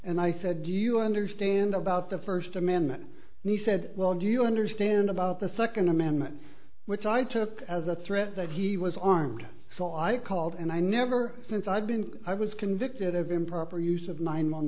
and i said do you understand about the first amendment the said well do you understand about the second amendment which i took as a threat that he was armed so i called and i never since i've been i was convicted of improper use of nine one